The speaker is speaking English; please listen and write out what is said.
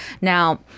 Now